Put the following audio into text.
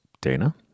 Dana